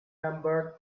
numbered